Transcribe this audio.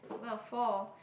i'm gonna fall